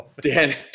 Dan